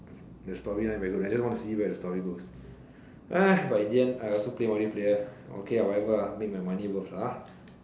the storyline very good I just want to see how the story goes but in the end I still play multiplayer whatever make my money worth